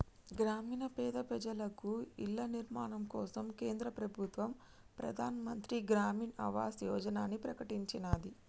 గ్రామీణ పేద ప్రజలకు ఇళ్ల నిర్మాణం కోసం కేంద్ర ప్రభుత్వం ప్రధాన్ మంత్రి గ్రామీన్ ఆవాస్ యోజనని ప్రకటించినాది